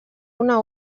una